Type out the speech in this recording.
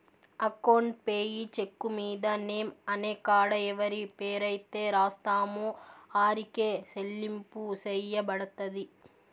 account payee cheque మీద name అనే కాడ ఎవరి పేరైతే రాస్తామో ఆరికే సెల్లింపు సెయ్యబడతది